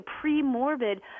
pre-morbid